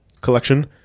collection